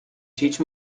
teach